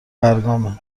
برگامه